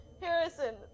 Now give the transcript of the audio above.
Harrison